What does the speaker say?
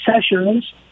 sessions